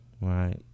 right